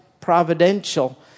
providential